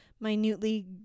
minutely